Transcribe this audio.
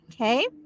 Okay